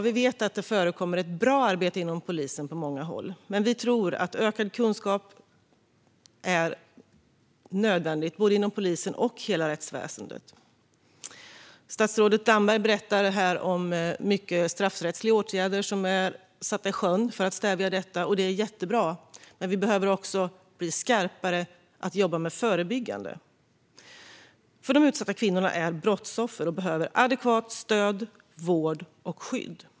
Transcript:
Vi vet att det förekommer ett bra arbete inom polisen på många håll, men vi tror att ökad kunskap är nödvändigt både inom polisen och inom hela rättsväsendet. Statsrådet Damberg berättade här om straffrättsliga åtgärder som är satta i sjön för att stävja detta, vilket är jättebra, men vi behöver också bli skarpare på att jobba förebyggande. De utsatta kvinnorna är brottsoffer och behöver adekvat stöd, vård och skydd.